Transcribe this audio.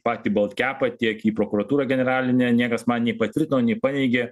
patį bolt kepą tiek į prokuratūrą generalinę niekas man nei patvirtino nei paneigė